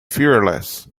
fearless